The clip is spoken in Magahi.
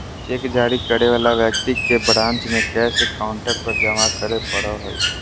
चेक जारी करे वाला व्यक्ति के ब्रांच में कैश काउंटर पर जमा करे पड़ो हइ